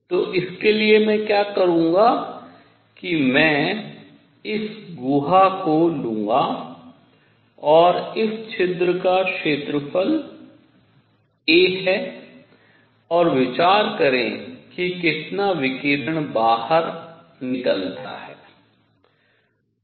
तो इसके लिए मैं क्या करूंगा कि मैं इस गुहा को लूंगा और इस छिद्र का क्षेत्रफल a है और विचार करें कि कितना विकिरण बाहर आता निकलता है